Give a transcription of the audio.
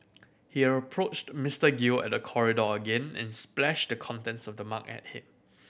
he approached Mister Gill at the corridor again and splashed the contents of the mug at him